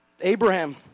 Abraham